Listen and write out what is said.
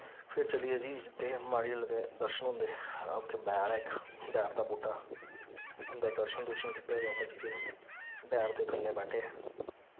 फिर चली गे जी जित्थै माड़ी आह्ले दे दर्शन होंदे उत्थै बैर ऐ इक बैर दा बूह्टा अन्दर दर्शन दुर्शन कीते बाबा जी दे बैर दे थल्ले बैठे